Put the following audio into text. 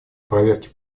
проверке